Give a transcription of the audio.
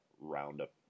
Roundup